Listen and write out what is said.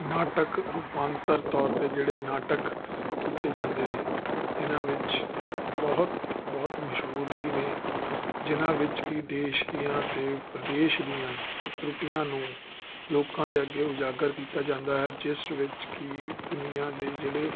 ਨਾਟਕ ਰੂਪਾਂਤਰ ਤੌਰ 'ਤੇ ਜਿਹੜੇ ਨਾਟਕ ਕੀਤੇ ਜਾਂਦੇ ਨੇ ਇਹਨਾਂ ਵਿੱਚ ਬਹੁਤ ਬਹੁਤ ਮਸ਼ਹੂਰ ਵੀ ਨੇ ਜਿਨ੍ਹਾਂ ਵਿੱਚ ਕਿ ਦੇਸ਼ ਦੀਆਂ ਅਤੇ ਪ੍ਰਦੇਸ਼ ਦੀਆਂ ਕੁ ਤਰੁਟੀਆਂ ਨੂੰ ਲੋਕਾਂ ਦੇ ਅੱਗੇ ਉਜਾਗਰ ਕੀਤਾ ਜਾਂਦਾ ਹੈ ਜਿਸ ਵਿੱਚ ਕਿ ਦੁਨੀਆ ਦੇ ਜਿਹੜੇ